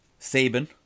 Saban